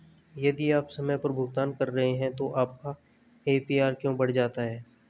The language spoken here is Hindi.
यदि आप समय पर भुगतान कर रहे हैं तो आपका ए.पी.आर क्यों बढ़ जाता है?